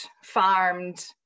farmed